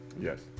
Yes